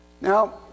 Now